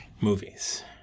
Movies